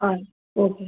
ಹಾಂ ಓಕೆ